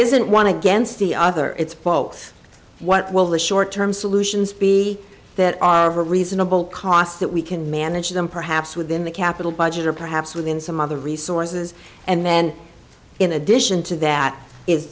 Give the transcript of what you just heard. isn't one against the other it's folks what will the short term solutions be that are reasonable cost that we can manage them perhaps within the capital budget or perhaps within some other resources and then in addition to that is